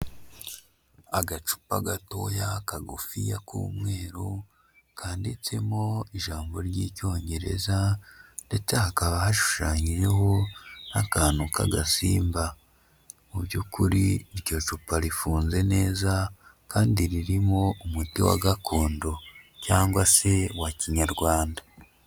Agacupa gatoya kagufiya k'umweru, kanditsemo ijambo ry'icyongereza ndetse hakaba hashushanyijeho akantu k'agasimba. Mu by'ukuri, iryo cupa rifunze neza kandi ririmo umuti wa gakondo cyangwa se wa kinyarwanda.